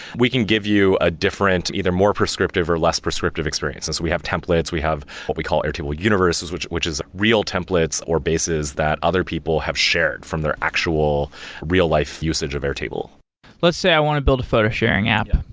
we can give you a different, either more prescriptive, or less prescriptive experience, as we have templates, we have what we call airtable universes, which which is real templates or bases that other people have shared from their actual real-life usage of airtable let's say i want to build a photo sharing app.